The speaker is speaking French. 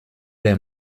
les